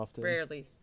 Rarely